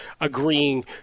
agreeing